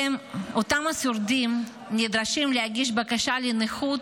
אותם שורדים נדרשים להגיש בקשה לנכות